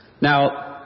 Now